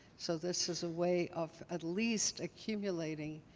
so this is a way of at least accumulating,